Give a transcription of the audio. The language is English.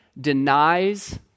denies